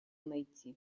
найти